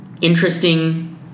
interesting